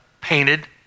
painted